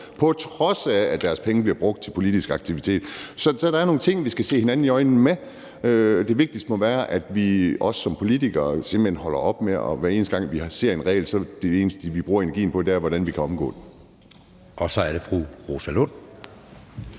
på trods af at deres penge bliver brugt til politisk aktivitet. Så der er nogle ting, vi skal kunne se hinanden i øjnene med. Det vigtigste må være, at vi også som politikere simpelt hen holder op med, hver eneste gang vi ser en regel, som det eneste at bruge energien på, hvordan vi kan omgå den. Kl. 16:18 Anden næstformand